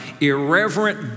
irreverent